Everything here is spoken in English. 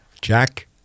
Jack